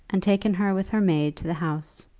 and taken her with her maid to the house.